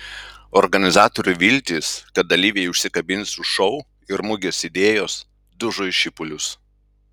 organizatorių viltys kad dalyviai užsikabins už šou ir mugės idėjos dužo į šipulius